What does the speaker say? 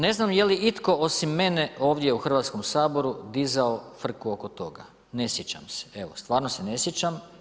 Ne znam je li itko osim mene ovdje u Hrvatskom saboru dizao frku oko toga, ne sjećam se, evo stvarno se ne sjećam.